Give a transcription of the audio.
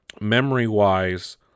Memory-wise